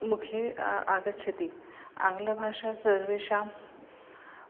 मुखे आगच्छति आङ्ग्लभाषा सर्वेषां